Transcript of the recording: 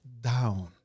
down